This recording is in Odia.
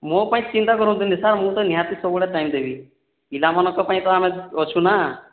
ମୋ ପାଇଁ ଚିନ୍ତା କରନ୍ତୁନି ସାର୍ ମୁଁ ତ ନିହାତି ସବୁବେଳେ ଟାଇମ୍ ଦେବି ପିଲାମାନଙ୍କ ପାଇଁ ତ ଆମେ ଅଛୁ ନା